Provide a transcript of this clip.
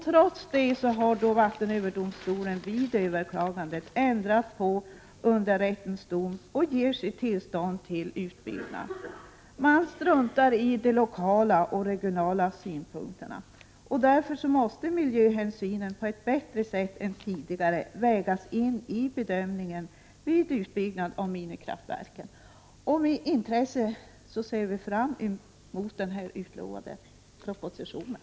Trots det har vattenöverdomstolen vid överklaganden ändrat underrättens dom och givit sitt tillstånd till utbyggnad. Man struntar i de lokala och regionala synpunkterna. Därför måste miljöhänsynen på ett bättre sätt än tidigare vägas in i bedömningen vid utbyggnad av minikraftverk. Med intresse ser vi fram emot den här utlovade propositionen.